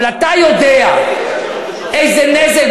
אבל אתה יודע איזה נזק,